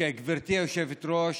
גברתי היושבת-ראש,